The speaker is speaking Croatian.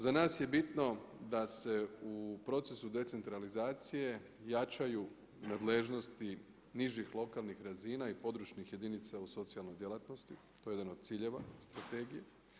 Za nas je bitno da se u procesu decentralizacije jačaju nadležnosti nižih lokalnih razina i područnih jedinica u socijalnoj djelatnosti, to je jedan od ciljeva strategije.